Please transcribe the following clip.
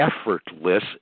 effortless